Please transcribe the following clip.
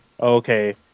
Okay